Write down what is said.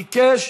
הוא ביקש.